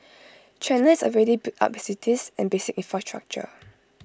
China has already built up its cities and basic infrastructure